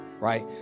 right